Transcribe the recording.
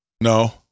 No